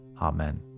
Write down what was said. Amen